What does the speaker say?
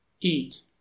eat